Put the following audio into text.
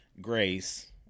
Grace